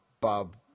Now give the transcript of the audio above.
Bob